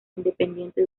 independiente